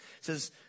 says